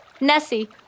Nessie